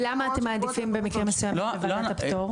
ולמה במקרים מסוימים אתם מעדיפים בוועדת הפטור?